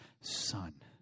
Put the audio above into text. Son